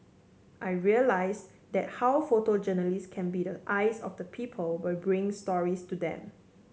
I realised then how photojournalists can be the eyes of the people by bringing stories to them